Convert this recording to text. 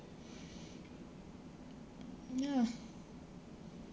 ya